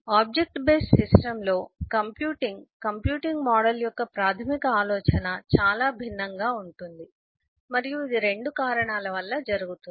object based సిస్టమ్లో computing computing model యొక్క ప్రాథమిక ఆలోచన చాలా భిన్నంగా ఉంటుంది మరియు ఇది 2 కారణాల వల్ల జరుగుతుంది